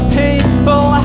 people